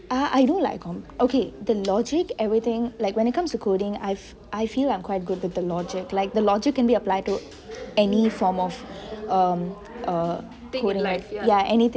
ah I do like okay the logic everything when it comes to coding I feel like I'm quite good with the logic like the logic can be applied to any form of um ugh ya anything